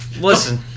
Listen